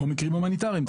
או מקרים הומניטריים.